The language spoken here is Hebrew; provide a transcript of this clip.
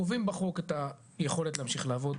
החלטנו שקובעים בחוק את היכולת להמשיך לעבוד,